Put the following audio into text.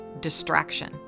distraction